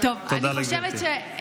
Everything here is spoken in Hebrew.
תודה לגברתי.